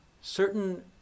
certain